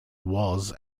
was